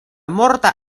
morta